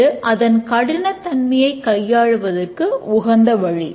இது அதன் கடினத்தன்மையை கையாளுவதற்கு உகந்த வழி